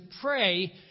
pray